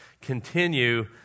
Continue